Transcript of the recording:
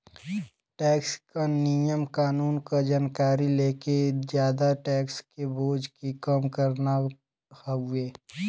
tax क नियम कानून क जानकारी लेके जादा टैक्स क बोझ के कम करना हउवे